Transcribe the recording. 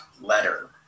letter